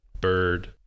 Bird